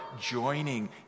joining